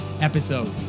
episode